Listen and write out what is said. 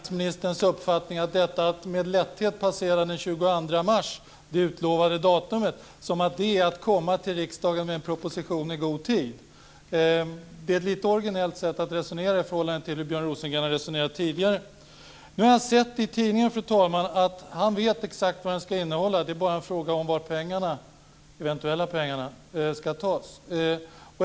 Fru talman! Jag vet inte om fru talman delar näringsministerns uppfattning att detta att med lätthet passera den 22 mars, det utlovade datumet, är att komma till riksdagen med en proposition i god tid. Det är ett lite originellt sätt att resonera i förhållande till hur Björn Rosengren har resonerat tidigare. Nu har jag sett i tidningarna, fru talman, att han vet exakt vad propositionen ska innehålla. Det är bara en fråga om varifrån de eventuella pengarna ska tas.